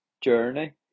journey